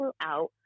out